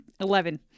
Eleven